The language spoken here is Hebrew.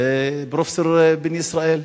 פרופסור בן-ישראל.